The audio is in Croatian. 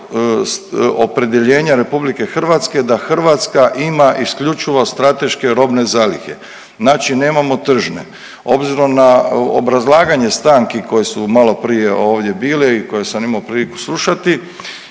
opredjeljenja Republike Hrvatske da Hrvatska ima isključivo strateške robne zalihe. Znači nemamo tržne. Obzirom na obrazlaganje stanki koje su malo prije ovdje bile i koje sam imao priliku slušati